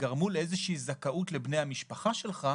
גרמו לאיזושהי זכאות לבני המשפחה שלך,